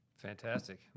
Fantastic